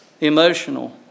emotional